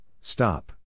stop